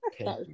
Okay